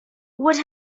would